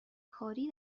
کاری